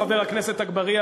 חבר הכנסת אגבאריה,